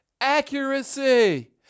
accuracy